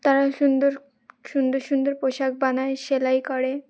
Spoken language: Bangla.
তারা সুন্দর সুন্দর সুন্দর পোশাক বানায় সেলাই করে